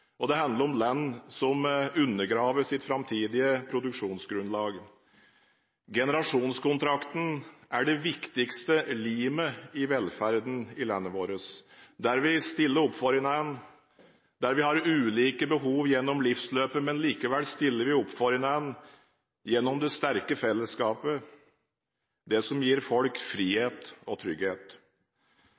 og det handler om land som undergraver sitt framtidige produksjonsgrunnlag. Generasjonskontrakten er det viktigste limet i velferden i landet vårt, der vi stiller opp for hverandre, der vi har ulike behov gjennom livsløpet, men likevel stiller opp for hverandre gjennom det sterke fellesskapet, det som gir folk frihet og trygghet.